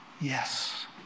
yes